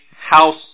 house